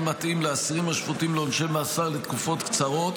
מתאים לאסירים השפוטים לעונשי מאסר לתקופות קצרות,